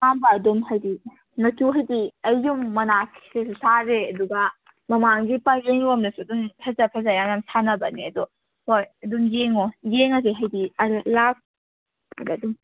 ꯑꯌꯥꯝꯕ ꯑꯗꯨꯝ ꯍꯥꯏꯗꯤ ꯃꯆꯨ ꯍꯥꯏꯗꯤ ꯑꯩ ꯌꯨꯝ ꯃꯅꯥꯛ ꯁꯤꯗꯁꯨ ꯁꯥꯔꯤ ꯑꯗꯨꯒ ꯃꯃꯥꯡꯒꯤ ꯄꯔꯦꯡ ꯂꯣꯝꯗꯁꯨ ꯑꯗꯨꯝ ꯐꯖ ꯐꯖꯕ ꯌꯥꯝ ꯌꯥꯝ ꯁꯥꯟꯅꯕꯅꯦ ꯑꯗꯣ ꯍꯣꯏ ꯑꯗꯨꯝ ꯌꯦꯡꯉꯣ ꯌꯦꯡꯉꯁꯦ ꯍꯥꯏꯗꯤ ꯑꯗ ꯂꯥꯛꯑꯒ ꯑꯗꯨꯝ